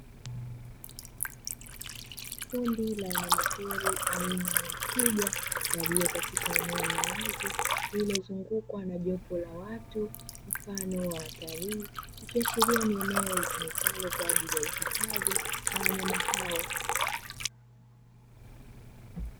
Kundi la wanyamapori aina ya twiga walio katika eneo la wazi, lililozungukwa na jopo la watu mfano wa watalii, ikiashiria ni eneo litumikalo kwa ajili ya uhifadhi wa wanyama hao.